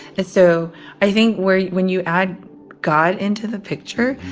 so i think where when you add god into the picture,